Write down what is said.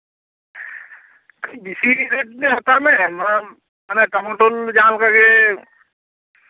ᱵᱮᱥᱤ ᱨᱮᱹᱴ ᱛᱮ ᱦᱟᱛᱟᱣ ᱢᱮ ᱚᱱᱟ ᱴᱟᱢᱟᱴᱳᱞ ᱡᱟᱦᱟᱸ ᱞᱮᱠᱟᱜᱮ